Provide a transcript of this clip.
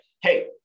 hey